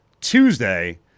Tuesday